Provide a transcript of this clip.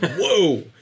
whoa